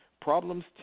Problems